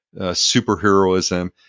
superheroism